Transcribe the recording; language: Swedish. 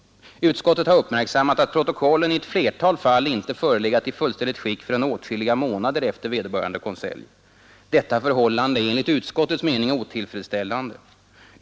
Utskottet har uppmärksammat att protokollen i ett flertal fall inte förelegat i fullständigt skick förrän åtskilliga månader efter vederbörande konselj. Detta förhållande är enligt utskottets mening otillfredsställande.